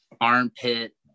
armpit